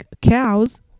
cows